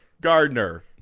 Gardner